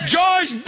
George